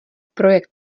projekt